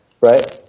Right